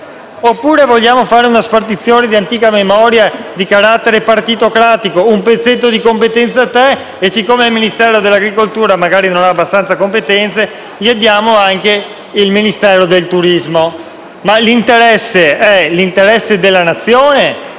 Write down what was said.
Oppure vogliamo fare una spartizione di antica memoria di carattere partitocratico: un pezzetto di competenza per uno, e siccome il Ministero dell'agricoltura magari non ha abbastanza competenze, gli diamo anche il Ministero del turismo. Ma l'interesse è quello della Nazione,